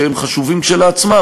שהם חשובים כשלעצמם,